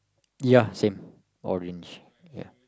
ya same orange